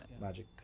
magic